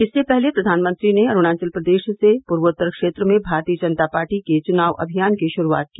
इससे पहले प्रधानमंत्री ने अरूणाचल प्रदेश से पूर्वोतर क्षेत्र में भारतीय जनता पार्टी के चुनाव अभियान की शुरूआत की